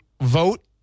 vote